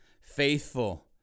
faithful